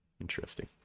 Interesting